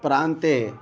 प्रान्ते